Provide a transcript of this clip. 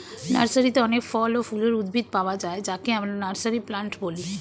নার্সারিতে অনেক ফল ও ফুলের উদ্ভিদ পাওয়া যায় যাকে আমরা নার্সারি প্লান্ট বলি